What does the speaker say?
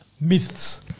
myths